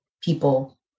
people